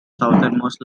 southernmost